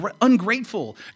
ungrateful